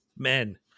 men